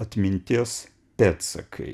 atminties pėdsakai